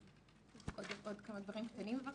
עוד כמה דברים קטנים, בבקשה.